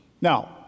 Now